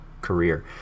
career